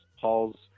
Paul's